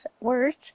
words